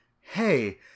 Hey